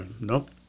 Nope